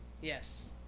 Yes